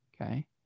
okay